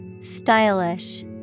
Stylish